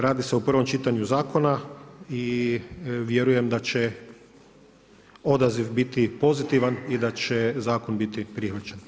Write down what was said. Radi se o prvom čitanju zakona i vjerujem da će odaziv biti pozitivan i da će zakon biti prihvaćen.